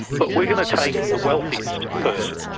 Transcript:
but we are going to take the wealthiest person,